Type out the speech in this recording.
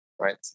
Right